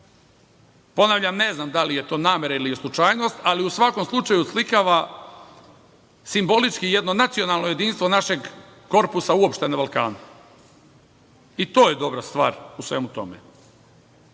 region. Ponavljam, ne znam da li je to namera ili je slučajnost, ali u svakom slučaju, oslikava simbolički jedno nacionalno jedinstvo našeg korpusa uopšte na Balkanu. I to je dobra stvar u svemu tome. Neću